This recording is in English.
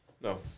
No